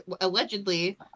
allegedly